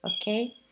okay